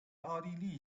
奥地利